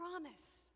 promise